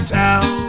town